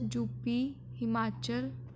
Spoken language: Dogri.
U P Himachal